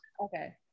Okay